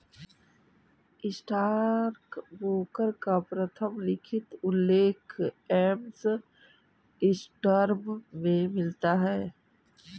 stockbroker का प्रथम लिखित उल्लेख एम्स्टर्डम में मिलता है